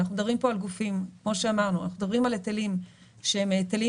אנחנו מדברים על היטלים שהם היטלים